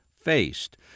faced